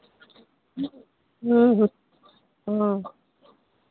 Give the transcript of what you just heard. ह्म्म ह्म्म हाँ